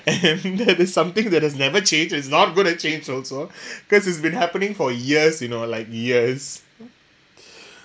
and that is something that has never changed it's not going to change also because it's been happening for years you know like years